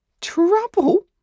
Trouble